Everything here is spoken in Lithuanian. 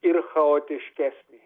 ir chaotiškesnė